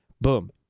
Boom